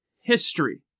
history